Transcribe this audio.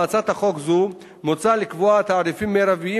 בהצעת חוק זו מוצע לקבוע תעריפים מרביים